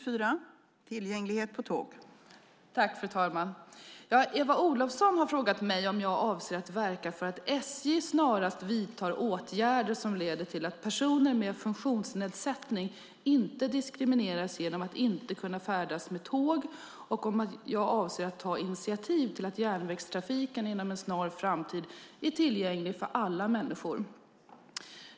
Fru talman! Eva Olofsson har frågat mig om jag avser att verka för att SJ snarast vidtar åtgärder som leder till att personer med funktionsnedsättning inte diskrimineras genom att inte kunna färdas med tåg och om jag avser att ta initiativ till att järnvägstrafiken inom en snar framtid är tillgänglig för alla människor.